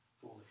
fully